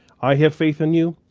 i have faith in you,